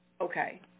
Okay